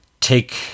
take